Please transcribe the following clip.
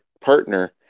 partner